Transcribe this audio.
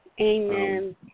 Amen